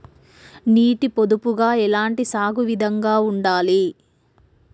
నీటి పొదుపుగా ఎలాంటి సాగు విధంగా ఉండాలి?